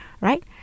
right